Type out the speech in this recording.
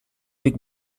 luc